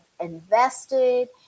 invested